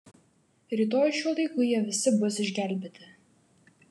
rytoj šiuo laiku jie visi bus išgelbėti